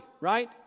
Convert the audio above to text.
right